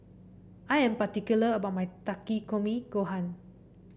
I am particular about my Takikomi Gohan